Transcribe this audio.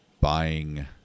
buying